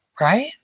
Right